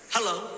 Hello